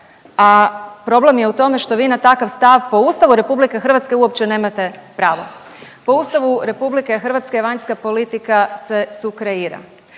a problem je u tome što vi na takav stav po Ustavu RH uopće nemate pravo. Po Ustavu RH vanjska politika se sukreira.